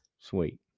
Sweet